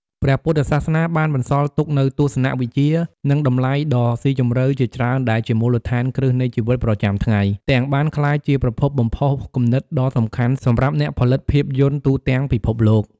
ព្រះពុទ្ធសាសនាបានបន្សល់ទុកនូវទស្សនវិជ្ជា និងតម្លៃដ៏ស៊ីជម្រៅជាច្រើនដែលជាមូលដ្ឋានគ្រឹះនៃជីវិតប្រចាំថ្ងៃ ទាំងបានក្លាយជាប្រភពបំផុសគំនិតដ៏សំខាន់សម្រាប់អ្នកផលិតភាពយន្តទូទាំងពិភពលោក។